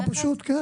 נורא פשוט, כן.